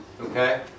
Okay